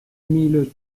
mille